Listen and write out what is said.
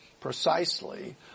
precisely